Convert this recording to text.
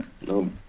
no